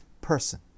person